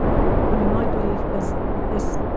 i mean, my belief is that this,